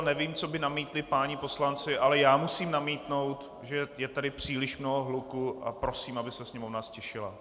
Nevím, co by namítli páni poslanci, ale já musím namítnout, že je tady příliš mnoho hluku, a prosím, aby se sněmovna ztišila.